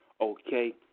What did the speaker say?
okay